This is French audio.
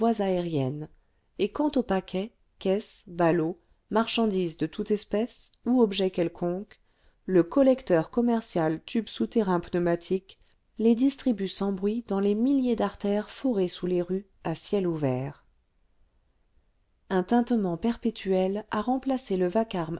aériennes et quant aux paquets caisses ballots marchandées de toute les photopeintres au louvre espèce ou objets quelconques le collecteur commercial tube souterrainpneumatique les distribue sans bruit dans les milhers d'artères forées sous les rues à ciel ouvert un tintement perpétuel a remplacé le vacarme